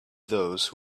those